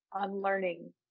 unlearning